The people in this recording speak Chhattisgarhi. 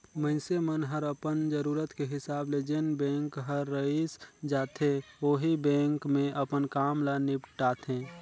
मइनसे मन हर अपन जरूरत के हिसाब ले जेन बेंक हर रइस जाथे ओही बेंक मे अपन काम ल निपटाथें